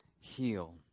heal